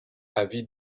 avis